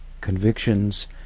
convictions